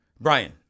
Brian